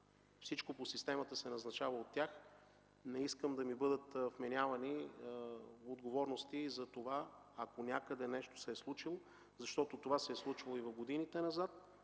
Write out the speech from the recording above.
всичко по системата се назначава от тях – не искам да ми бъдат вменявани отговорности за това, ако някъде нещо се е случило, защото това се е случвало в годините назад,